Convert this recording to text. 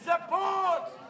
support